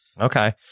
Okay